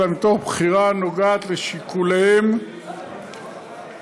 אלא מתוך בחירה הנוגעת לשיקוליהם העסקיים.